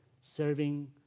serving